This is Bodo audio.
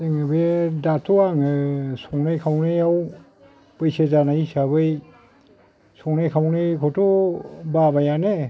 जोङो बे दाथ' आङो संनाय खावनायाव बैसो जानाय हिसाबै संनाय खावनायखौथ' बाबायानो